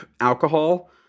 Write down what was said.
alcohol